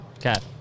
Cat